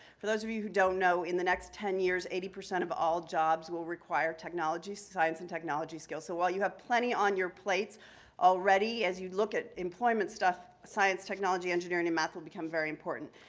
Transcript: for those of you who don't know, in the next ten years, eighty percent of all jobs will require technology, science and technology skills. so while you have plenty on your plates already as you look at employment stuff, science, technology, engineering and math will become very important.